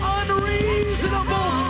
unreasonable